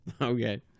Okay